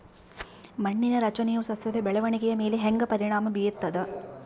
ಮಣ್ಣಿನ ರಚನೆಯು ಸಸ್ಯದ ಬೆಳವಣಿಗೆಯ ಮೇಲೆ ಹೆಂಗ ಪರಿಣಾಮ ಬೇರ್ತದ?